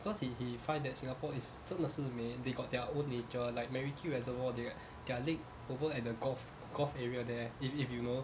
cause he he find that singapore is 真的是美 they got their own nature like macritchie reservoir they their lake over at the golf golf area there if if you know